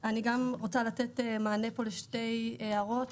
אני רוצה לתת מענה לשתי הערות.